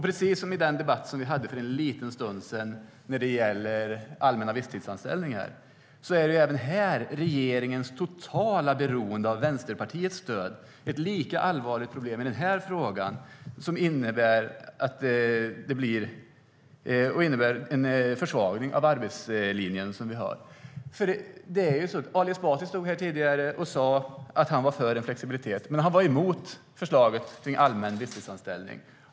Precis som i den debatt om allmänna visstidsanställningar som vi hade för en liten stund sedan är regeringens totala beroende av Vänsterpartiets stöd ett allvarligt problem som innebär en försvagning av arbetslinjen. Ali Esbati stod här tidigare och sa att han var för flexibilitet men emot förslaget om allmän visstidsanställning.